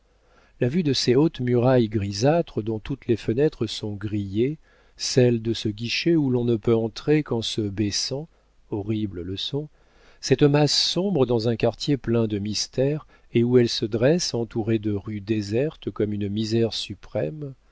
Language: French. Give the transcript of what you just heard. la vue de ces hautes murailles grisâtres dont toutes les fenêtres sont grillées celle de ce guichet où l'on ne peut entrer qu'en se baissant horrible leçon cette masse sombre dans un quartier plein de misères et où elle se dresse entourée de rues désertes comme une misère suprême